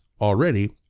already